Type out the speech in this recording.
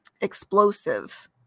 explosive